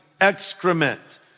excrement